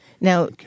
Now